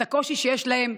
את הקושי שיש להם.